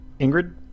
Ingrid